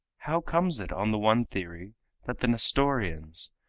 how comes it on the one theory that the nestorians,